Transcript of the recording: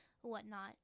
whatnot